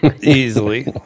Easily